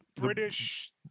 British